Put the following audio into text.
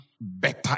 better